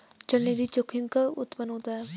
चलनिधि जोखिम कब उत्पन्न होता है?